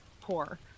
poor